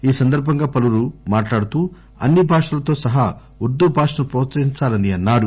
ఈ సందర్బంగా పలువురు మాట్లాడుతూ అన్ని భాషల తో సహా ఉర్దూ భాష ను ప్రోత్సహించాలన్నారు